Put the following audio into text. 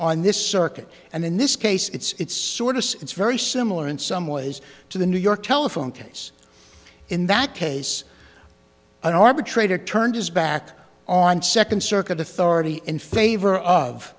on this circuit and in this case it's sort of it's very similar in some ways to the new york telephone case in that case an arbitrator turned his back on second circuit authority in favor of